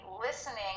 listening